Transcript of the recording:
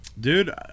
dude